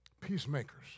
peacemakers